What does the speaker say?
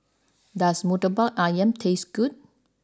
does Murtabak Ayam taste good